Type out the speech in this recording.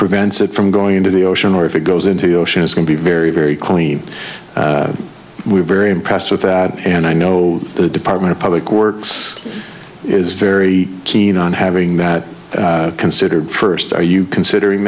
prevents it from going into the ocean or if it goes into the ocean is going to be very very clean we're very impressed with that and i know the department of public works is very keen on having that considered first are you considering